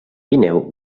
guineu